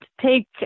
take